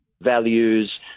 values